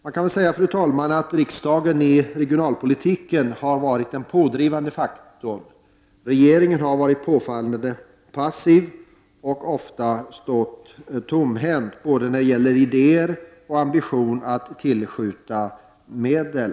Man kan väl säga, fru talman, att riksdagen i regionalpolitiken har varit en pådrivande faktor. Regeringen har varit påfallande passiv och ofta stått tomhänt i fråga om både idéer och ambition att tillskjuta medel.